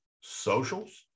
socials